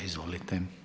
Izvolite.